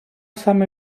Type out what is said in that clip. саме